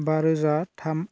बारोजा थाम